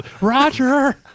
Roger